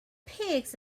pigs